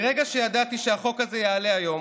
מהרגע שידעתי שהחוק הזה יעלה היום,